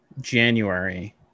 January